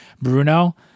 bruno